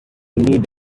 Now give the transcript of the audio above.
need